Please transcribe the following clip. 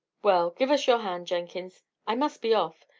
well, give us your hand, jenkins i must be off.